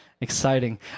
Exciting